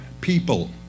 people